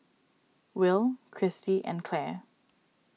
Will Christie and Claire